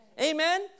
Amen